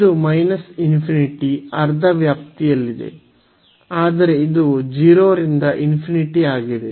ಇದು ಅರ್ಧ ವ್ಯಾಪ್ತಿಯಲ್ಲಿದೆ ಆದರೆ ಇದು 0 ರಿಂದ ಆಗಿದೆ